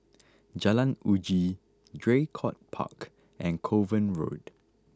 Jalan Uji Draycott Park and Kovan Road